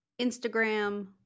Instagram